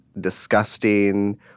disgusting